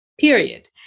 Period